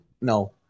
No